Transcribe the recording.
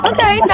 Okay